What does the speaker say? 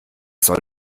soll